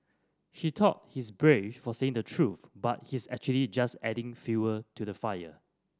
he thought he's brave for saying the truth but he's actually just adding fuel to the fire